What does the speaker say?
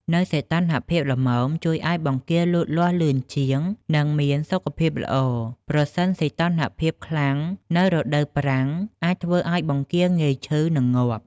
នៅសីតុណ្ហភាពល្មមជួយឲ្យបង្គាលូតលាស់លឿនជាង និងមានសុខភាពល្អ ប្រសិនសីតុណ្ហភាពខ្លាំងនៅរដូវប្រាំងអាចធ្វើឲ្យបង្គាងាយឈឺ និងងាប់។